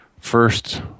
first